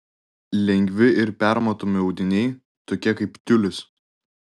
lengvi ir permatomi audiniai tokie kaip tiulis